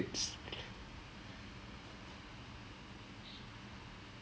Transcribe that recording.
cricket ah it is uh quite rabak lah but in all honesty